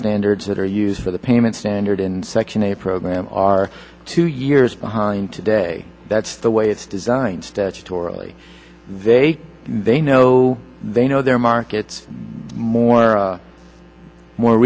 standards that are used for the payment standard in section a program are two years behind today that's the way it's designed statutorily they they know they know their markets more more